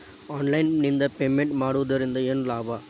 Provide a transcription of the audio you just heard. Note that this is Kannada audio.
ಆನ್ಲೈನ್ ನಿಂದ ಪೇಮೆಂಟ್ ಮಾಡುವುದರಿಂದ ಏನು ಲಾಭ?